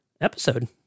episode